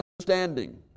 understanding